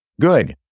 good